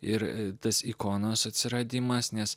ir tas ikonos atsiradimas nes